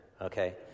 okay